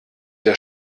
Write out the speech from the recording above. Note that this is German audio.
der